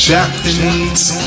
Japanese